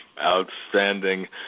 Outstanding